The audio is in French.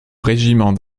régiment